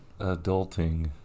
Adulting